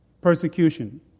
persecution